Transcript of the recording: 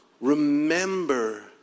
remember